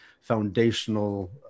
foundational